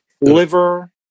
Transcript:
liver